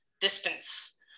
distance